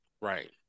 Right